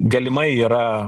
galimai yra